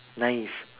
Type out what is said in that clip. naive